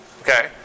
Okay